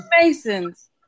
masons